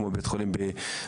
כמו בית החולים בנתניה,